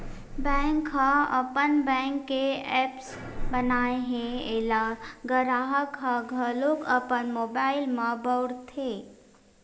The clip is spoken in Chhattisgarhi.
बैंक ह अपन बैंक के ऐप्स बनाए हे एला गराहक ह घलोक अपन मोबाइल म बउरथे